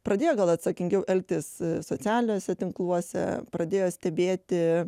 pradėjo gal atsakingiau elgtis socialiniuose tinkluose pradėjo stebėti